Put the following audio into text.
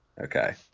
Okay